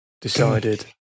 decided